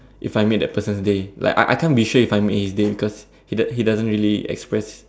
if I made that person's day like I I can't be sure if I made his day because he does he doesn't really express